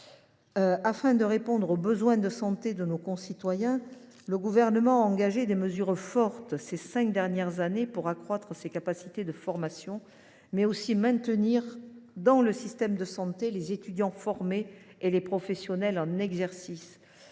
Afin de répondre aux besoins de santé de nos concitoyens, le Gouvernement a engagé des mesures fortes ces cinq dernières années pour accroître ses capacités de formation, mais aussi maintenir dans le système de santé les étudiants formés et les professionnels en exercice.